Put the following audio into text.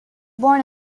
born